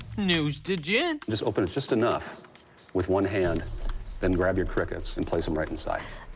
news to jen. just open it just enough with one hand then grab your crickets and place em right inside.